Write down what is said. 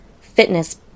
fitness